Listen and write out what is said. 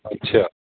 ਅੱਛਾ